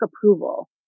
approval